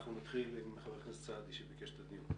אנחנו נתחיל עם חבר הכנסת סעדי שביקש את הדיון,